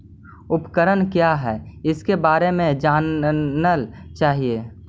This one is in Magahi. उपकरण क्या है इसके बारे मे जानल चाहेली?